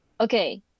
okay